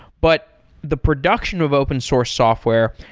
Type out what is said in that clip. but the production of open source software,